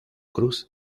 cruz